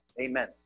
Amen